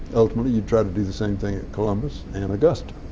ultimately you'd try to do the same thing at columbus and augusta.